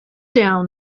down